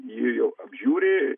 jį jau apžiūri